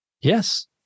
Yes